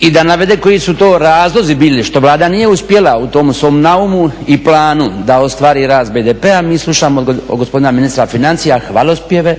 i da navede koji su to razlozi bili što Vlada nije uspjela u tom svom naumu i planu da ostvari rast BDP-a mi slušamo od gospodina ministra financija hvalospjeve